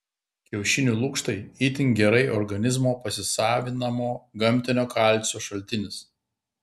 kiaušinių lukštai itin gerai organizmo pasisavinamo gamtinio kalcio šaltinis